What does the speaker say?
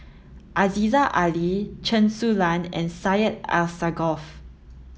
Aziza Ali Chen Su Lan and Syed Alsagoff